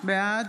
בעד